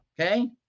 okay